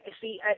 See